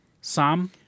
Sam